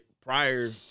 Prior